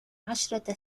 عشرة